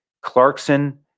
Clarkson